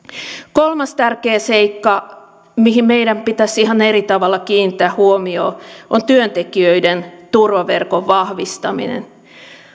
kolmas tärkeä seikka mihin meidän pitäisi ihan eri tavalla kiinnittää huomiota on työntekijöiden turvaverkon vahvistaminen